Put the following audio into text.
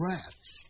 Rats